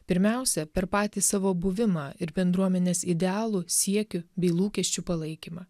pirmiausia per patį savo buvimą ir bendruomenės idealų siekių bei lūkesčių palaikymą